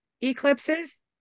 eclipses